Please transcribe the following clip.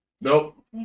nope